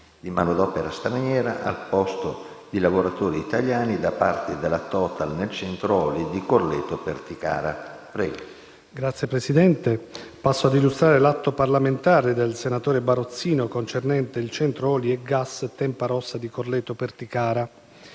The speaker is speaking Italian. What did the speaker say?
Signor Presidente, passo ad illustrare l'atto parlamentare del senatore Barozzino concernente il Centro oli e gas "Tempa Rossa" di Corleto di Perticara.